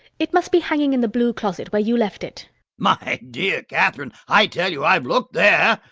it must be hanging in the blue closet where you left it. my dear catherine, i tell you i've looked there.